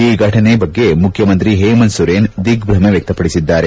ಈ ಘಟನೆ ಬಗ್ಗೆ ಮುಖ್ಯಮಂತ್ರಿ ಹೇಮಂತ್ ಸೊರೇನ್ ದಿಗ್ಟಮೆ ವ್ಯಕ್ತಪಡಿಸಿದ್ದಾರೆ